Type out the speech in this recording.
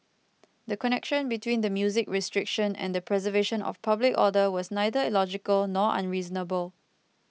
the connection between the music restriction and the preservation of public order was neither illogical nor unreasonable